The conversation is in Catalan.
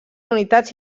unitats